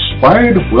Inspired